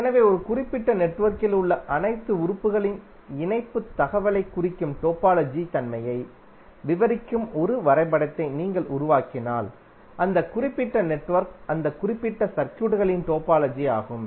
எனவே ஒரு குறிப்பிட்ட நெட்வொர்க்கில் உள்ள அனைத்து உறுப்புகளின் இணைப்புத் தகவலைக் குறிக்கும் டோபாலஜி தன்மையை விவரிக்கும் ஒரு வரைபடத்தை நீங்கள் உருவாக்கினால் அந்த குறிப்பிட்ட நெட்வொர்க் அந்த குறிப்பிட்ட சர்க்யூட்களின் டோபாலஜி ஆகும்